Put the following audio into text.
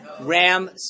Ram